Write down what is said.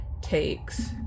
takes